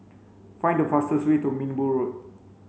find the fastest way to Minbu Road